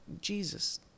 Jesus